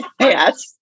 Yes